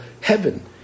heaven